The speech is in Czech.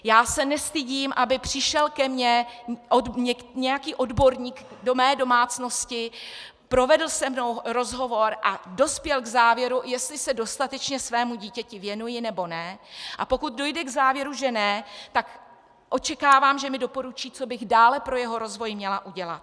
Já se nestydím, aby ke mně přišel nějaký odborník, do mé domácnosti, provedl se mnou rozhovor a dospěl k závěru, jestli se dostatečně svému dítěti věnuji, nebo ne, a pokud dojde k závěru, že ne, tak očekávám, že mi doporučí, co bych dále pro jeho rozvoj měla udělat.